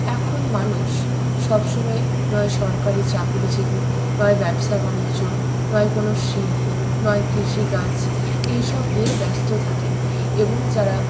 এখন মানুষ সবসময় নয় সরকারি চাকুরিজীবী নয় ব্যবসা বানিজ্য নয় কোনো শিল্প নয় কৃষিকাজ এই সব নিয়েই ব্যস্ত থাকেন এবং যারা